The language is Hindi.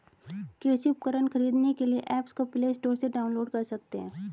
कृषि उपकरण खरीदने के लिए एप्स को प्ले स्टोर से डाउनलोड कर सकते हैं